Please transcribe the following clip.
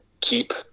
keep